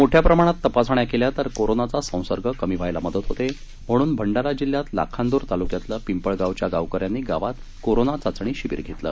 मोठ्या प्रमाणात तपासण्या केल्या तर कोरोनाचा संसर्ग कमी व्हायला मदत होते म्हणून भंडारा जिल्ह्यात लाखांदुर तालुक्यातल्या पिंपळगावच्या गावकऱ्यांनी गावात कोरोना चाचणी शिबिर घेतलं